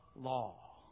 law